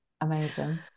amazing